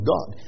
God